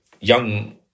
young